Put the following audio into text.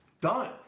done